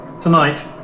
Tonight